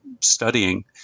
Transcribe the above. studying